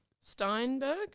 Steinberg